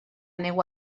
neu